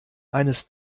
eines